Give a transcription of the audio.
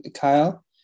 Kyle